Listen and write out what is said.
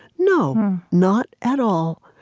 no. not at all.